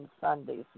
Sundays